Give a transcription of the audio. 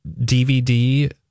DVD